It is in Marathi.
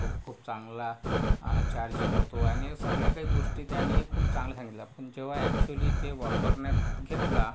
तो खूप चांगला चार्जिंग होतो आणि सगळ्या काही गोष्टी त्याने खूप चांगल्या सांगितल्या पण जेव्हा अॅच्युअली ते वापरण्यात घेतला